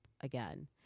again